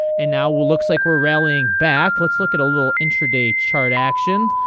and now we're looks like we're rallying back let's look at a little intraday chart action.